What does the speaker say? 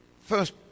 first